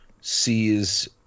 sees